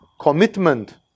commitment